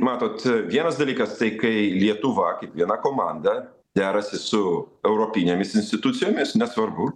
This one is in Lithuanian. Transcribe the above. matot vienas dalykas tai kai lietuva kaip viena komanda derasi su europinėmis institucijomis nesvarbu